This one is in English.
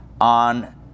on